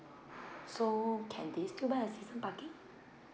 so can they still buy a season parking